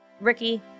Ricky